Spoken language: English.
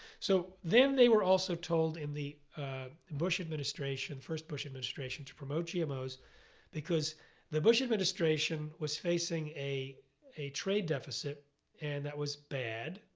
so then they were also told in the bush administration, first bush administration to promote gmos because the bush administration was facing a a trade deficit and that was bad.